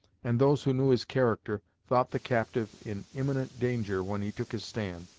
and those who knew his character thought the captive in imminent danger when he took his stand,